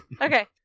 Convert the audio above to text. Okay